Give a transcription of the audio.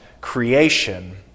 creation